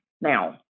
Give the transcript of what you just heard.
now